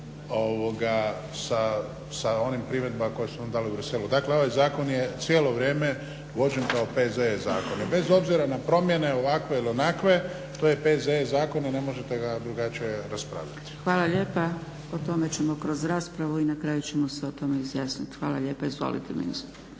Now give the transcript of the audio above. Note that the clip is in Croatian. sa onim primjedbama koje su nam dali u Bruxellesu. Dakle ovaj zakon je cijelo vrijeme vođen kao PZE zakon i bez obzira na promjene ovakve ili onakve to je PZE zakon i ne možete ga drugačije raspravljati. **Zgrebec, Dragica (SDP)** Hvala lijepa. O tome ćemo kroz raspravu i na kraju ćemo se o tome izjasniti. Hvala lijepa. Izvolite zamjeniče